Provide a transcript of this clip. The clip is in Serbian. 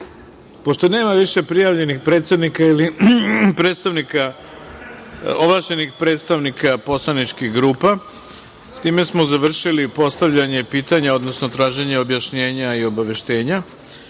nema više prijavljenih predsednika ili ovlašćenih predstavnika poslaničkih grupa time smo završili postavljanje pitanja, odnosno traženje objašnjenja i obaveštenja. Obaveštavam